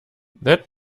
that